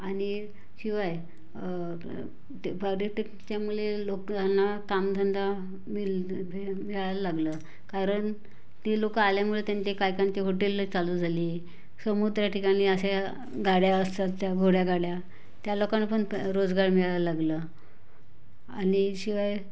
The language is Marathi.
आणि शिवाय ते पर्यटकच्यामुळे लोकांना कामधंदा मिल द धे मिळायला लागलं कारण ती लोकं आल्यामुळे त्यांचे काहीकाहींचे हॉटेलं चालू झाली समुद्र्या ठिकाणी अशा ह्या गाड्या असतात त्या घोड्यागाड्या त्या लोकांना पण रोजगार मिळायला लागलं आणि शिवाय